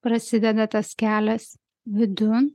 prasideda tas kelias vidun